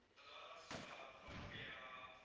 a lot of what we are